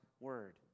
word